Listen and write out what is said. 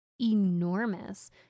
enormous